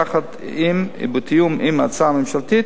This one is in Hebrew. יחד עם ובתיאום עם ההצעה הממשלתית,